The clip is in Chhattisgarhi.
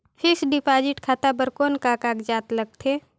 फिक्स्ड डिपॉजिट खाता बर कौन का कागजात लगथे?